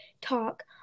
talk